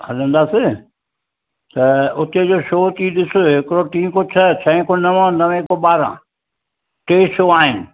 हलंदासीं त उते जो शो थी ॾिस हिकिड़ो टी खऊं छह छहें खऊं नव नवें खऊं ॿारहं टे शो आहिनि